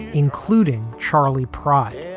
including charley pride.